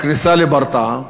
בכניסה לברטעה,